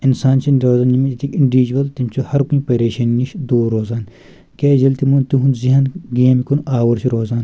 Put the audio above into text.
اِنسان چھِنہٕ روزان یِم ییٚتِکۍ اِنڈِوِجوَل تِم چھِ ہر کُنہِ پریشٲنی نِش دوٗر روزان کیازِ ییٚلہِ تِمو تِہُنٛد ذیٚہَن گیم کُن آوُر چھُ روزان